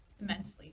immensely